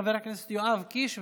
חבר הכנסת יואב קיש,